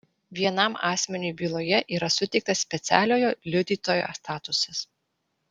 vienam asmeniui byloje yra suteiktas specialiojo liudytojo statusas